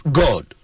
god